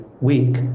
week